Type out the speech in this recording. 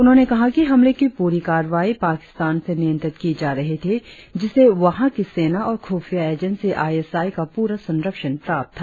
उन्होंने कहा कि हमले की पूरी कार्रवाई पाकिस्तान से नियंत्रित की जा रही थी जिसे वहां की सेना और खुफिया एजेंसी आई एस आई का पूरा संरक्षण प्राप्त था